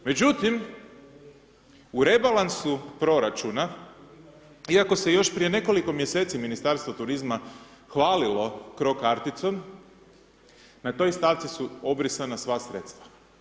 Međutim, u rebalansu proračuna iako se još prije nekoliko mjeseci Ministarstvo turizma hvalilo cro karticom, na toj stavci su obrisana sva sredstva.